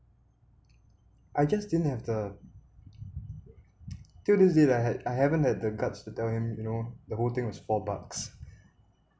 I just didn't have the till this day I had I haven't had the guts to tell him you know the whole thing was four bucks